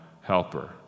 helper